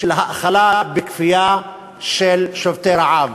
של האכלה בכפייה של שובתי רעב.